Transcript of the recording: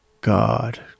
God